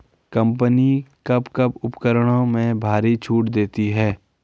Company कब कब उपकरणों में भारी छूट देती हैं?